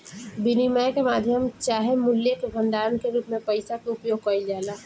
विनिमय के माध्यम चाहे मूल्य के भंडारण के रूप में पइसा के उपयोग कईल जाला